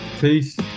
Peace